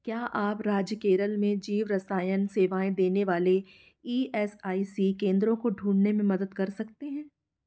क्या आप राज्य केरल में जीवरसायन सेवाएँ देने वाले ई एस आई सी केंद्रों को ढूँढने में मदद कर सकते हैं